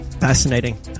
fascinating